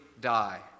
die